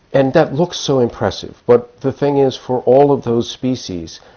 and that looks so impressive. but the thing is, for all of those species,